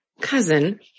cousin